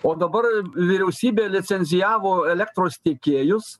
o dabar vyriausybė licencijavo elektros tiekėjus